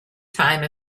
time